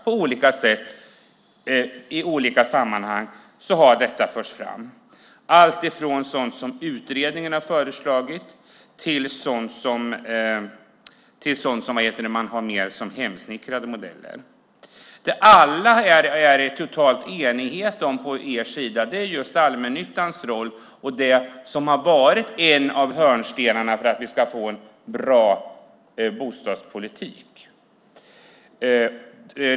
På olika sätt i olika sammanhang har detta förts fram, alltifrån sådant som utredningen har föreslagit till sådant som är mer hemsnickrade modeller. Det som det är total enighet om på er sida är just allmännyttan, som för oss har varit en av hörnstenarna för en bra bostadspolitik.